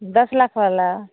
दस लाख वाला